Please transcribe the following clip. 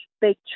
big